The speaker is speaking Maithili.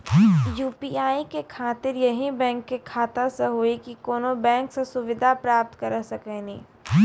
यु.पी.आई के खातिर यही बैंक के खाता से हुई की कोनो बैंक से सुविधा प्राप्त करऽ सकनी?